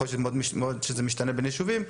יכול להיות שזה משתנה בין יישובים,